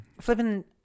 flipping